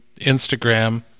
instagram